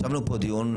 ישבנו פה דיון,